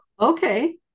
Okay